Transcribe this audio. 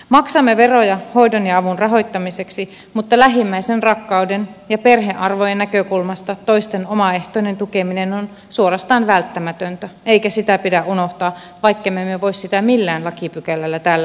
maksamme veroja hoidon ja avun rahoittamiseksi mutta lähimmäisenrakkauden ja perhearvojen näkökulmasta toisten omaehtoinen tukeminen on suorastaan välttämätöntä eikä sitä pidä unohtaa vaikkemme me voi sitä millään lakipykälällä täällä säätää